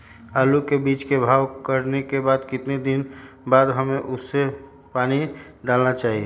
आलू के बीज के भाव करने के बाद कितने दिन बाद हमें उसने पानी डाला चाहिए?